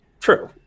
True